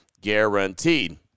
guaranteed